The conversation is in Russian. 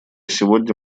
сегодня